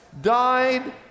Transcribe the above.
died